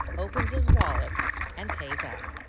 opens his wallet and pays up.